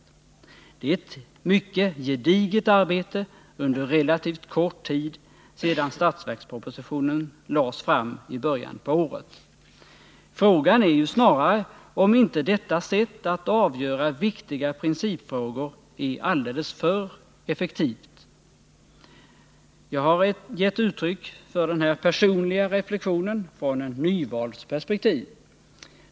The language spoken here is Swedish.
Man har utfört ett mycket gediget arbete under relativt kort tid sedan statsverkspropositionen lades fram i början på året. Frågan är snarare om inte detta sätt att avgöra viktiga principfrågor är alldeles för effektivt. Jag har gett uttryck för den här personliga reflexionen från en nyvalds perspektiv.